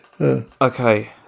Okay